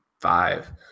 five